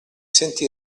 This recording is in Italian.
sentì